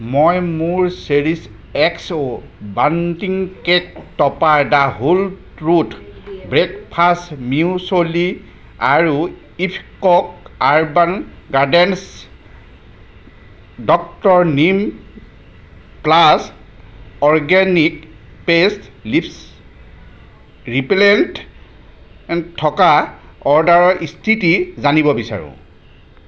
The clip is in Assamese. মই মোৰ Cherish X' bunting cake topper the whole truth breakfast muesli আৰু Iffco urban gardens doctor neem plus organic paste lips repellent থকা অৰ্ডাৰৰ স্থিতি জানিব বিচাৰোঁ